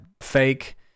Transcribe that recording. fake